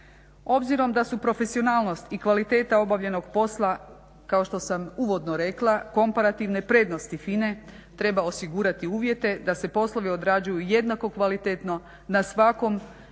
Obzirom da su profesionalnost i kvaliteta obavljenog posla, kao što sam uvodno rekla, komparativne prednosti FINA-e treba osigurati uvjete da se poslovi odrađuju jednako kvalitetno na svakom